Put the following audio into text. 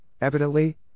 evidently